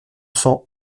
cents